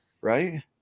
right